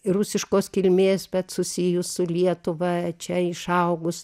ir rusiškos kilmės bet susijus su lietuva čia išaugus